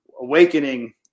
awakening